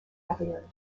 période